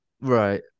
right